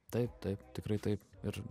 taip taip tikrai taip ir